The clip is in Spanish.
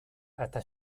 hasta